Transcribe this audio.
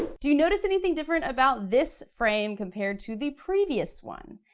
do you notice anything different about this frame compared to the previous one?